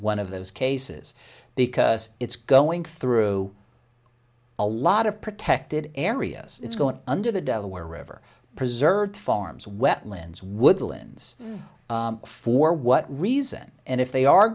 one of those cases because it's going through a lot of protected areas it's going under the delaware river preserve farms wetlands woodlands for what reason and if they are